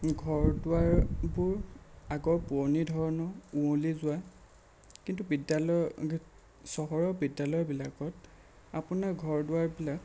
ঘৰ দুৱাৰবোৰ আগৰ পুৰণি ধৰণৰ উৱঁলি যোৱা কিন্তু বিদ্যালয় চহৰৰ বিদ্যালয়বিলাকত আপোনাৰ ঘৰ দুৱাৰবিলাক